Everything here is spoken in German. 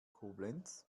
koblenz